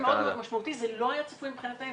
באופן מאוד משמעותי, זה לא היה צפוי מבחינתנו.